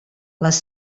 les